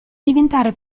diventare